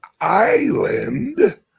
island